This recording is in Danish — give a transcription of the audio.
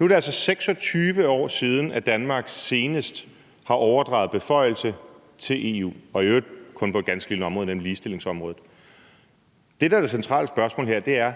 Nu er det altså 26 år siden, at Danmark senest har overdraget beføjelser til EU og i øvrigt kun på et ganske lille område, nemlig ligestillingsområdet. Det, der er det centrale spørgsmål her, er: